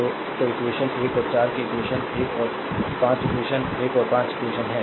तो इक्वेशन 1 और 4 से इक्वेशन 1 और 5 इक्वेशन 1 और 5 प्राप्त करते हैं